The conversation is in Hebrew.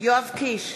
יואב קיש,